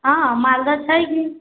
हँ मालदह छै की